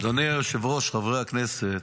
אדוני היושב-ראש, חברי הכנסת,